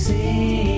See